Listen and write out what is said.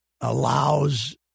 allows